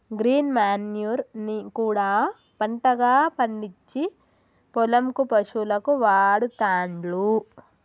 green manure ని కూడా పంటగా పండిచ్చి పొలం కు పశువులకు వాడుతాండ్లు